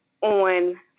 on